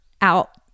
out